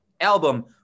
album